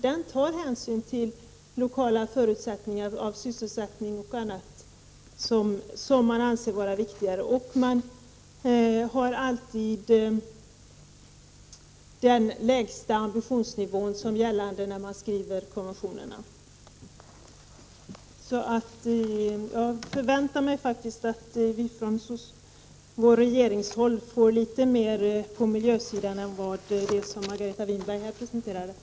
De tar hänsyn till lokala förutsättningar, sysselsättning och annat som man anser vara viktigare. Det är alltid den lägsta ambitionsnivån som gäller när man skriver konventionerna. Så jag förväntar mig faktiskt att man på regeringshåll gör mer för miljön än det Margareta Winberg här presenterar.